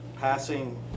passing